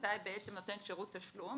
מתי בעצם נותן שרות תשלום,